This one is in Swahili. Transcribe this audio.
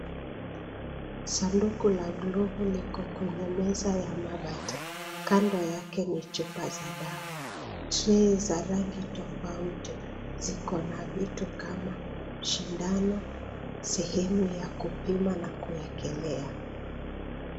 Sanduku la glovu liko kwenye meza ya mabati. Kando yake ni chupa za dawa. Trei za rangi tofauti ziko na vitu kama shindano, sehemu ya kupima na kuwekelea.